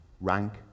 rank